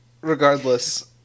Regardless